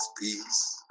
peace